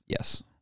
yes